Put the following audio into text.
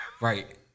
Right